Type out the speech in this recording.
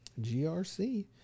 GRC